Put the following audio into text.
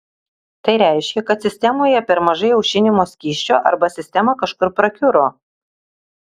tai reiškia kad sistemoje per mažai aušinimo skysčio arba sistema kažkur prakiuro